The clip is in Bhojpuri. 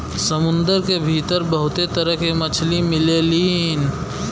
समुंदर के भीतर बहुते तरह के मछली मिलेलीन